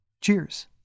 Cheers